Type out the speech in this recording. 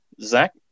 Zach